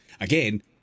Again